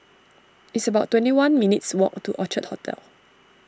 it's about twenty one minutes' walk to Orchard Hotel